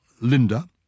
Linda